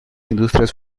industrias